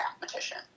mathematician